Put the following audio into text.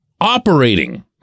operating